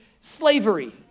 slavery